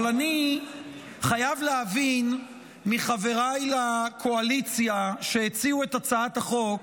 אבל אני חייב להבין מחבריי לקואליציה שהציעו את הצעת החוק: